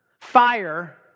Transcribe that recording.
fire